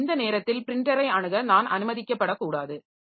எனவே இந்த நேரத்தில் பிரின்ட்டரை அணுக நான் அனுமதிக்கப் படக்கூடாது